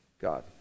God